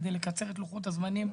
כדי לקצר את לוחות הזמנים,